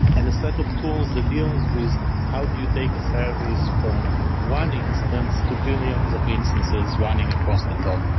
and a set of tools the deals with how do you take a service from one instance to billions of instances running across the globe.